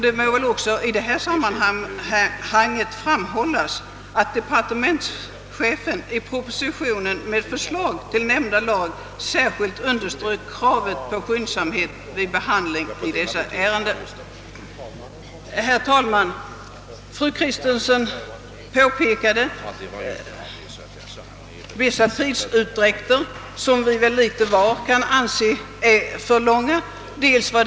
Det må även framhållas att departementschefen i propositionen med förslag till nämnda lag särskilt underströk kravet på skyndsamhet vid behandlingen av dessa ärenden.» Fru Kristensson framhöll att vissa tidsutdräkter är för långa, och det kan nog litet var av oss instämma i.